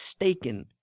mistaken